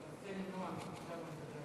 אתה רוצה למנוע מאתנו לדבר,